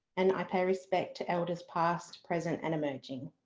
and i pay respect to elder's past, present and emerging.